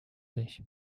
sich